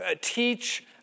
teach